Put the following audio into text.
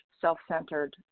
self-centered